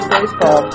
Baseball